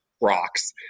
rocks